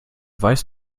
weiß